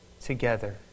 together